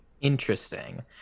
Interesting